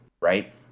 right